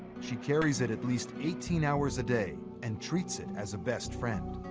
she carries it at least eighteen hours a day and treats it as a best friend